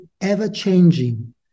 ever-changing